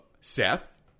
Seth